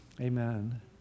amen